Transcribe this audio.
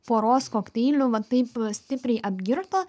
poros kokteilių va taip stipriai apgirto